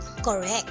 Correct